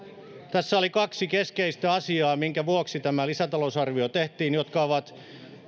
tässä oli kaksi keskeistä asiaa minkä vuoksi tämä lisätalousarvio tehtiin ja ne ovat